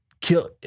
kill